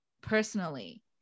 personally